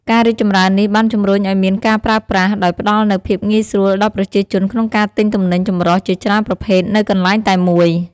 ការរីកចម្រើននេះបានជំរុញឲ្យមានការប្រើប្រាស់ ដោយផ្តល់នូវភាពងាយស្រួលដល់ប្រជាជនក្នុងការទិញទំនិញចម្រុះជាច្រើនប្រភេទនៅកន្លែងតែមួយ។